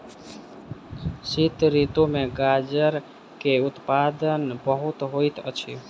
शीत ऋतू में गाजर के उत्पादन बहुत होइत अछि